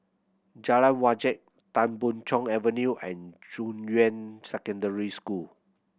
Jalan Wajek Tan Boon Chong Avenue and Junyuan Secondary School